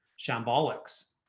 shambolics